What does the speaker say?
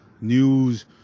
news